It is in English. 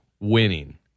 Winning